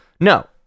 No